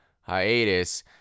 hiatus